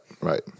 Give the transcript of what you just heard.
right